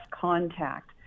contact